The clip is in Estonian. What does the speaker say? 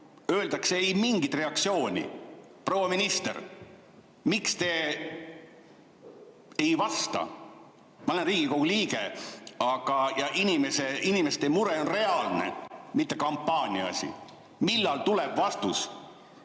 öeldakse: ei mingit reaktsiooni. Proua minister, miks te ei vasta? Ma olen Riigikogu liige ja inimeste mure on reaalne, mitte kampaania asi. Millal tuleb vastus?